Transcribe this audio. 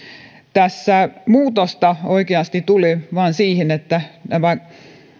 tässä muutosta tuli oikeasti vain siihen että nämä